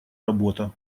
работа